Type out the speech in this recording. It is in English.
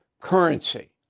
currency